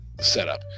setup